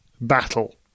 battle